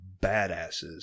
badasses